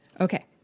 Okay